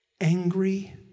angry